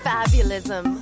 Fabulism